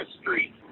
Street